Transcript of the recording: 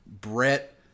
Brett